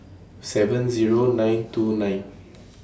seven Zero nine two nine